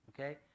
okay